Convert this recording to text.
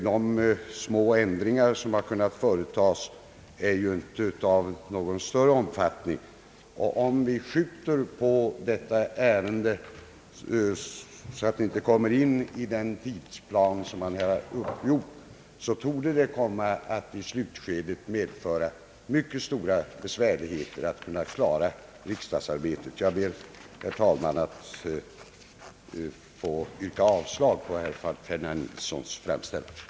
De små ändringar, som har kunnat företas, är inte av någon större omfattning. Om vi skjuter på behandlingen av detta ärende, så att det inte ryms inom den uppgjorda tidsplanen, torde detta i slutskedet komma att medföra mycket stora svårigheter att klara riksdagsarbetet. Jag ber, herr talman, att få yrka avslag på herr Ferdinand Nilssons yrkande.